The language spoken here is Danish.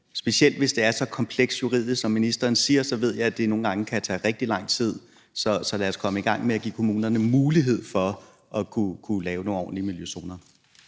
specielt hvis det er så komplekst juridisk, som ministeren siger, for så ved jeg, at det nogle gange kan tage rigtig lang tid. Så lad os komme i gang med at give kommunerne mulighed for at kunne lave nogle ordentlige miljøzoner.